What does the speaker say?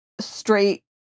straight